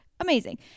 Amazing